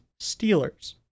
Steelers